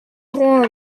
along